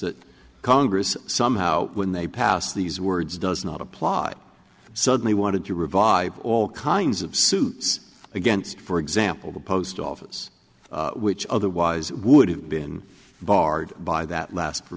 that congress somehow when they pass these words does not apply suddenly wanted to revive all kinds of suits against for example the post office which otherwise would have been barred by that last